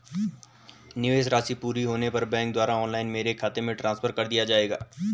निवेश राशि पूरी होने पर बैंक द्वारा ऑनलाइन मेरे खाते में ट्रांसफर कर दिया जाएगा?